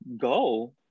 go